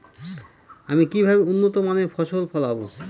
আমি কিভাবে উন্নত মানের ফসল ফলাব?